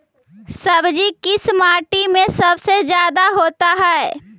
सब्जी किस माटी में सबसे ज्यादा होता है?